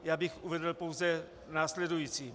Já bych uvedl pouze následující.